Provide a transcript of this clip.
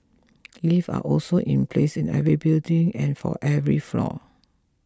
lifts are also in place in every building and for every floor